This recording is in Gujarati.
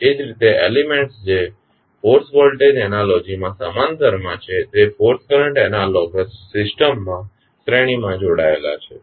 એ જ રીતે એલીમેન્ટ્સ કે જે ફોર્સ વોલ્ટેજ એનાલોજીમા સમાંતર માં છે તે ફોર્સ કરંટ એનાલોગસ સિસ્ટમમાં શ્રેણીમાં જોડાયેલા છે